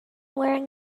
wearing